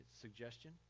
Suggestion